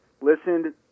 listened